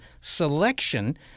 selection